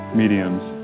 mediums